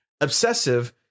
obsessive